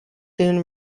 soon